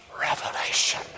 revelation